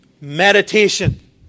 meditation